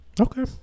Okay